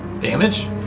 Damage